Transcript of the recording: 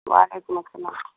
وعلیکم السلام